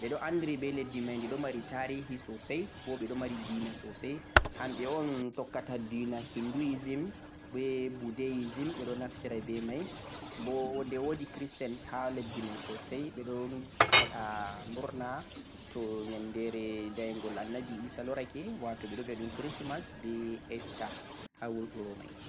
ɓe ɗo andiri be leddi mai de non mari tarihi sosai bo ɓe ɗo mari dina sosai, hamɓe un takkata dina Hinduism be Buddhism, ɓe naftira be mai, bo de wo'di Christians ha leddi mai sosai ɓe ɗon waɗa murna to yandere daigol Annabi Isa lorake wato ɓe viya ɗum Christmas be Easter ha wuro mai.